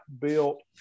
built